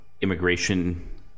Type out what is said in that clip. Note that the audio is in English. immigration